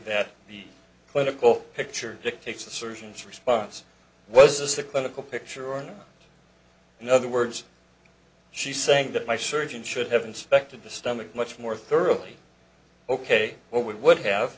that the clinical picture dictates the surgeon's response was this the clinical picture or in other words she's saying that my surgeon should have inspected the stomach much more thoroughly ok what we would have